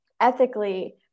ethically